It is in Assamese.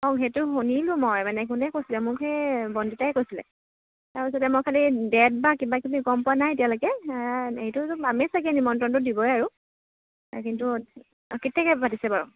অঁ সেইটো শুনিলোঁ মই মানে কোনে কৈছিলে মোক সেই বন্দিতাই কৈছিলে তাৰপিছতে মই খালী ডেট বা কিবা কিবা গম পোৱা নাই এতিয়ালৈকে এইটোতো পামেই চাগৈ নিমন্ত্ৰণতো দিবই আৰু কিন্তু অঁ কেতিয়াকৈ পাতিছে বাৰু